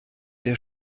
der